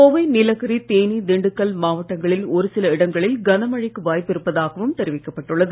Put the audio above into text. கோவை நீலகிரி தேனி திண்டுக்கல் மாவட்டங்களின் ஒருசில இடங்களில் கனமழைக்கு வாய்ப்பு இருப்பதாகவும் தெரிவிக்கப்பட்டு உள்ளது